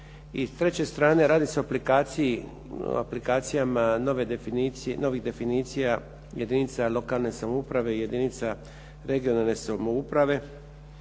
I treće strane, radi se o aplikacijama novih definicija jedinica lokalne samouprave i jedinica regionalne samouprave